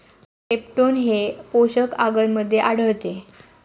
peptone हे पोषक आगरमध्ये आढळते